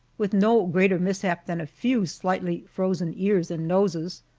with no greater mishap than a few slightly frozen ears and noses.